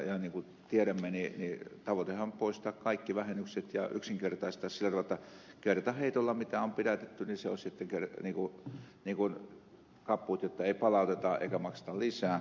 niin kuin tiedämme tavoitehan on poistaa kaikki vähennykset ja yksinkertaistaa sillä tavalla että kertaheitolla mitä on pidätetty se olisi kaputt jotta ei palauteta eikä makseta lisää